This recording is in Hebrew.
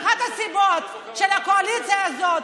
אחת הסיבות של הקואליציה הזאת,